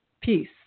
peace